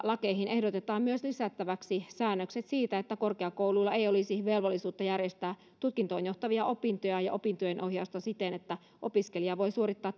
lakeihin ehdotetaan myös lisättäväksi säännökset siitä että korkeakouluilla ei olisi velvollisuutta järjestää tutkintoon johtavia opintoja ja opintojen ohjausta siten että opiskelija voi suorittaa